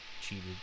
cheated